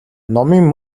номын